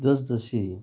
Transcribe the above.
जसजशी